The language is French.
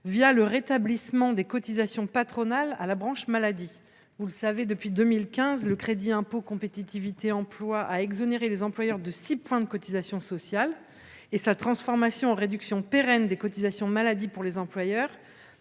le rétablissement des cotisations patronales à la branche maladie. Vous le savez, depuis 2015, le crédit d’impôt pour la compétitivité et l’emploi (CICE) a permis d’exonérer les employeurs de 6 points de cotisations sociales, et sa transformation en réduction pérenne des cotisations maladie pour les employeurs